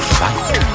fight